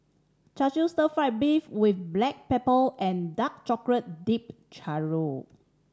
Char Siu stir fried beef with black pepper and dark chocolate dip churro